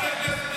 השר זוהר,